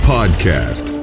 Podcast